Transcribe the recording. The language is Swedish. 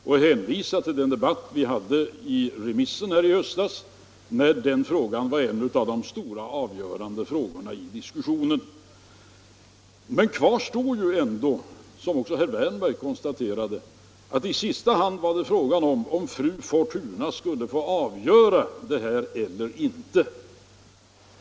Han hänvisade till remissdebatten i höstas, när denna fråga var en av de stora, avgörande frågorna i diskussionen. Men kvar står ändå, som herr Wärnberg konstaterade, att det i sista hand var fråga om huruvida fru Fortuna skulle få avgöra frågan eller inte.